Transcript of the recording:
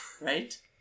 right